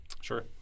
Sure